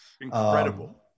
Incredible